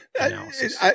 analysis